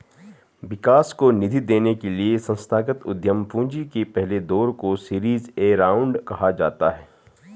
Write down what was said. विकास को निधि देने के लिए संस्थागत उद्यम पूंजी के पहले दौर को सीरीज ए राउंड कहा जाता है